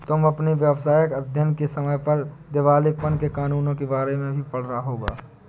तुमने अपने व्यावसायिक अध्ययन के समय पर दिवालेपन के कानूनों के बारे में भी पढ़ा होगा